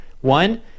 One